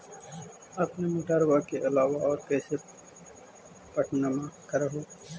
अपने मोटरबा के अलाबा और कैसे पट्टनमा कर हू?